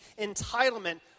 entitlement